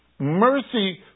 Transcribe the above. Mercy